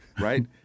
right